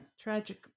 Tragic